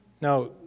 Now